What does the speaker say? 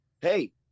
Hey